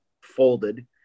folded